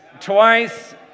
Twice